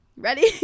Ready